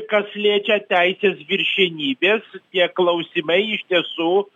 kas liečia teisės viršenybės tie klausimai iš tiesų